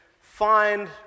find